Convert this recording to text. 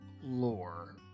lore